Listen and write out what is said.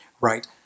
right